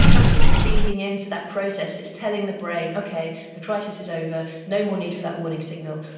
that's just feeding in to that process, it's telling the brain, okay, the crisis is over, no more need for that warning signal,